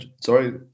Sorry